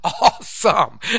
awesome